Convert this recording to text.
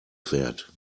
fährt